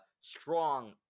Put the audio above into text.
strong